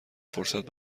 فرصت